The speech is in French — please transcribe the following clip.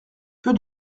peu